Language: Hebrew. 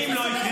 ואם לא יקרה?